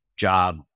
job